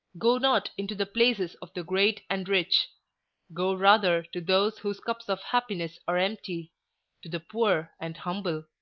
go not into the places of the great and rich go rather to those whose cups of happiness are empty to the poor and humble.